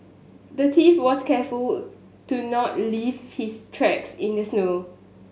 the thief was careful to not leave his tracks in the snow